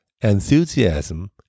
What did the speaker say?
Enthusiasm